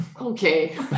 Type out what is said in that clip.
okay